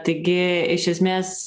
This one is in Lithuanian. taigi iš esmės